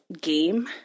game